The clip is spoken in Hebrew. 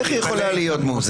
איך היא יכולה להיות מאוזנת?